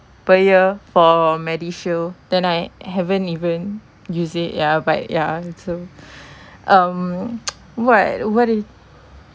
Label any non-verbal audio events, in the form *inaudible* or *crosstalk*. per year for medishield then I haven't even use it ya but ya so *breath* um *noise* what what